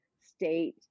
state